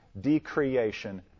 decreation